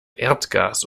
erdgas